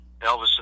Elvis